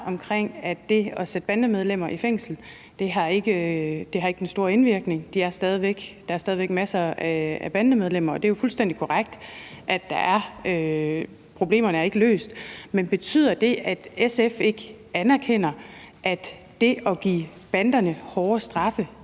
om, at det at sætte bandemedlemmer i fængsel ikke har den store indvirkning, for der er stadig væk masser af bandemedlemmer. Det er jo fuldstændig korrekt, at problemerne ikke er løst, men betyder det, at SF ikke anerkender, at det at give banderne hårdere straffe